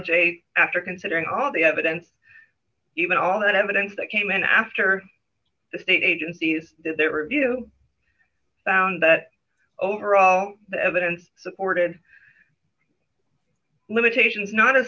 j after considering all the evidence even all that evidence that came in after the state agencies there were you found that overall the evidence supported limitations not as